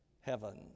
heaven